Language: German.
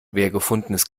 gefundenes